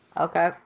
Okay